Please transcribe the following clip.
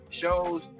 shows